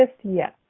yes